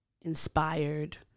inspired